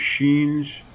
machines